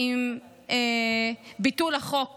עם ביטול החוק